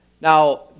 Now